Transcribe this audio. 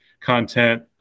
content